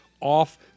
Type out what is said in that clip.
off